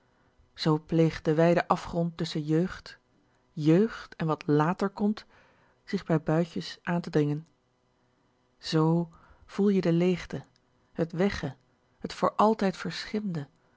zoo pleegt de wijde afgrond tusschen jeugd jéugd en wat làter komt zich bij buitjes aan te dringen z voel je de leegte t weg ge t voor altijd